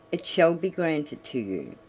it shall be granted to you.